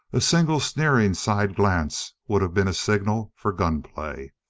a single sneering side glance, would have been a signal for gunplay.